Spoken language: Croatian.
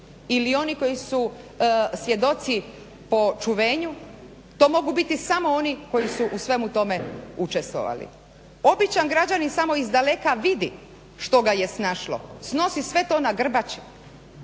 ili oni koji su svjedoci po čuvenju. To mogu biti samo oni koji su u svemu tome učestvovali. Običan građanin samo izdaleka vidi što ga je snašlo, snosi sve to na grbači.